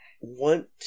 want